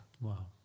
Wow